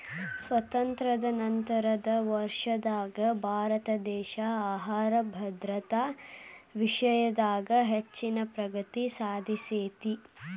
ಸ್ವಾತಂತ್ರ್ಯ ನಂತರದ ವರ್ಷದಾಗ ಭಾರತದೇಶ ಆಹಾರ ಭದ್ರತಾ ವಿಷಯದಾಗ ಹೆಚ್ಚಿನ ಪ್ರಗತಿ ಸಾಧಿಸೇತಿ